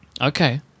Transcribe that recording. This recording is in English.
Okay